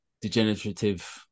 degenerative